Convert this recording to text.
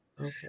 Okay